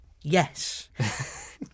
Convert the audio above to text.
yes